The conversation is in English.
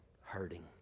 hurting